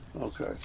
Okay